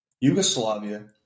Yugoslavia